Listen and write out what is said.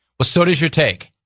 well so does your take.